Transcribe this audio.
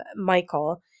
michael